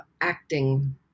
acting